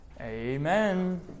Amen